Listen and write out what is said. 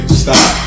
stop